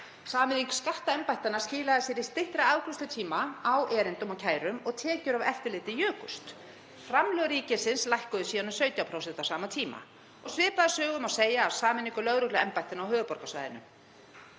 Sameining skattembættanna skilaði sér í styttri afgreiðslutíma á erindum og kærum og tekjur af eftirliti jukust. Framlög ríkisins lækkuðu síðan um 17% á sama tíma. Svipaða sögu má segja af sameiningu lögregluembættanna á höfuðborgarsvæðinu.